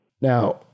Now